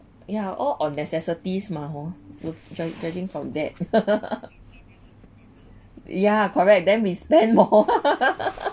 ya all on necessities mah hor jud~ jud~ judging from that ya correct then we spend more